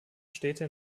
städte